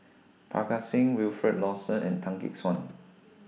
Parga Singh Wilfed Lawson and Tan Gek Suan